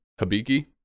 Habiki